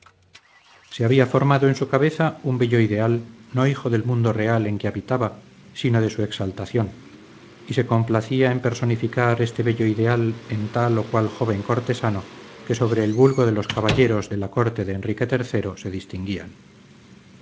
se había formado en su cabeza un bello ideal no hijo del mundo real en que habitaba sino de su exaltación y se complacía en personificar este bello ideal en tal o cual joven cortesano que sobre el vulgo de los caballeros de la corte de enrique iii se distinguían